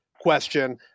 question